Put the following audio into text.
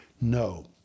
no